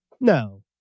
No